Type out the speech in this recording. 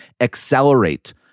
accelerate